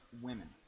women